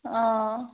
অঁ